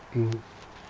mm